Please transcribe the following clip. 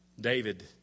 David